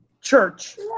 Church